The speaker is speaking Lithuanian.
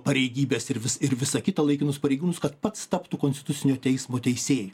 pareigybes ir vis ir visa kita laikinus pareigūnus kad pats taptų konstitucinio teismo teisėju